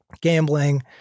gambling